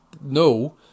no